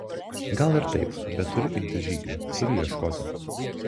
gal ir taip bet turiu imtis žygių turiu ieškoti